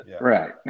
Right